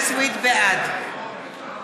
בעד